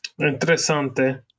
Interessante